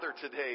today